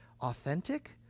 authentic